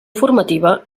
formativa